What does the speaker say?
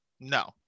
No